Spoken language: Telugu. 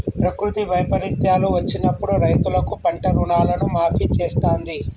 ప్రకృతి వైపరీత్యాలు వచ్చినప్పుడు రైతులకు పంట రుణాలను మాఫీ చేస్తాంది